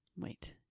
Wait